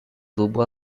tubo